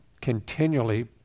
continually